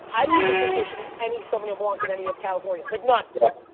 i didn't even think there should be any sauvignon blanc in any of california like none.